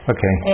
Okay